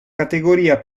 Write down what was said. categoria